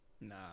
nah